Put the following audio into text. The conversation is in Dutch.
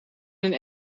een